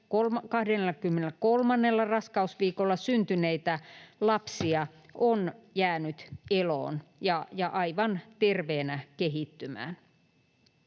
23. raskausviikolla syntyneitä lapsia on jäänyt eloon ja aivan terveenä kehittymään.